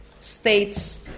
states